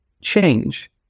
Change